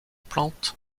plante